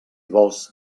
vols